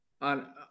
on